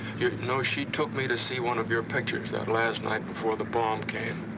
you know she took me to see one of your pictures that last night before the bomb came.